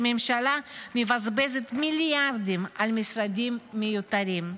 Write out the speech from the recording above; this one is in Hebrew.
הממשלה מבזבזת מיליארדים על משרדים מיותרים.